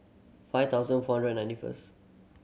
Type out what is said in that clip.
five thousand four hundred ninety first